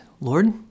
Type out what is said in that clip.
Lord